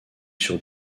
sur